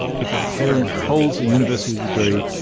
if a parent holds a university degree,